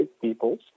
people's